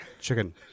Chicken